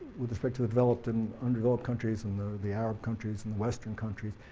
with respect to the developed and underdeveloped countries, and the the arab countries, and the western countries,